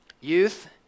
Youth